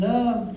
Love